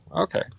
okay